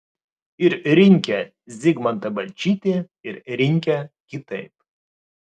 ir rinkę zigmantą balčytį ir rinkę kitaip